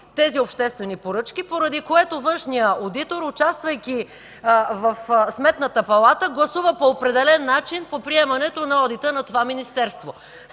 тези обществени поръчки, поради което външният одитор, участвайки в Сметната палата, гласува по определен начин по приемането на одита на това министерство.